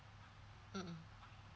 mm